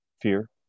Fear